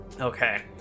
Okay